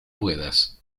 puedas